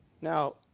Now